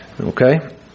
Okay